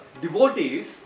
devotees